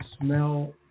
smell